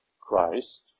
Christ